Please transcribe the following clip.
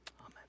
Amen